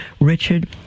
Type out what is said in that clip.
Richard